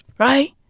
Right